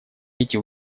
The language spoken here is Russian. эти